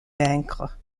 vaincre